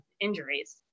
injuries